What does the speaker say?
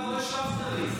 אדוני השר, לא השבת לי.